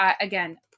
Again